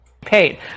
paid